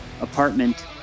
apartment